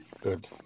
Good